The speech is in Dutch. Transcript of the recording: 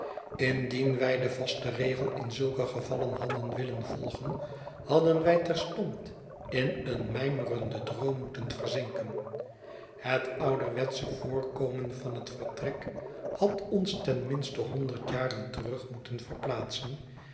indien wij den vasten regel in zulke gevallen hadden willen volgen hadden wij terstond in een mijmerenden droom moeten verzinken het ouderwetsche voorkomen van het vertrek had ons ten minste honderd jaren terug moeten verplaatsen